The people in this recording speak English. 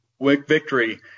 victory